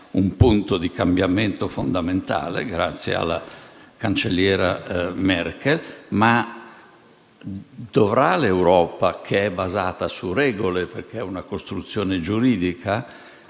un punto di cambiamento fondamentale grazie alla cancelliera Merkel. Ma l'Europa, che è basata su regole perché è una costruzione giuridica